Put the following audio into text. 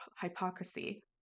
hypocrisy